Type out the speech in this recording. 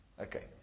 Okay